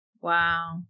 wow